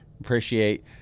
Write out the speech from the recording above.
Appreciate